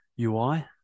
UI